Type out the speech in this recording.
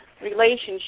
relationship